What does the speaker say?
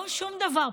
לא שום דבר.